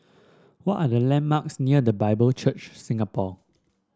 what are the landmarks near The Bible Church Singapore